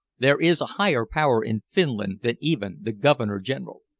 there is a higher power in finland than even the governor-general.